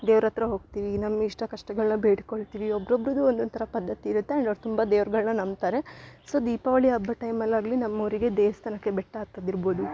ದೇವ್ರಹತ್ರ ಹೋಗ್ತಿವಿ ನಮ್ಮ ಇಷ್ಟ ಕಷ್ಟಗಳನ್ನ ಬೇಡಿಕೊಳ್ತೀವಿ ಒಬ್ರು ಒಬ್ಬರದ್ದೂ ಒಂದೊಂದು ಥರ ಪದ್ಧತಿ ಇರುತ್ತೆ ಆ್ಯಂಡ್ ಅವ್ರು ತುಂಬ ದೇವ್ರುಗಳ್ನ ನಂಬ್ತಾರೆ ಸೊ ದೀಪಾವಳಿ ಹಬ್ಬದ್ ಟೈಮಲ್ಲಿ ಆಗಲಿ ನಮ್ಮೂರಿಗೆ ದೇವಸ್ಥಾನಕ್ಕೆ ಬೆಟ್ಟ ಹತ್ತೋದಿರ್ಬೌದು